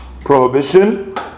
prohibition